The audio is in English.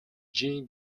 jean